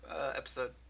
episode